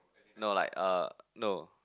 no like uh no